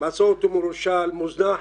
מצא אותו מרושל, מוזנח,